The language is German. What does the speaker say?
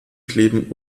kleben